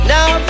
Now